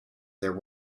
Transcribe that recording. there